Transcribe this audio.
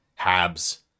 Habs